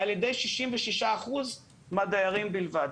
על ידי 66% מהדיירים בלבד.